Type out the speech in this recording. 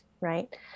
right